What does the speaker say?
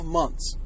months